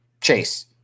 Chase